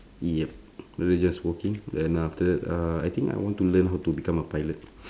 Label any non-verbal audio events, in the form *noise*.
yup just working then after that uh I think I want to learn how to become a pilot *breath*